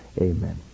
Amen